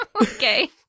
Okay